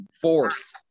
force